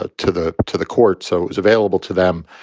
ah to the to the court. so it was available to them.